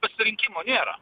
pasirinkimo nėra